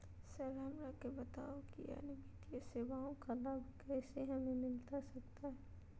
Sir हमरा के बताओ कि अन्य वित्तीय सेवाओं का लाभ कैसे हमें मिलता सकता है?